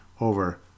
over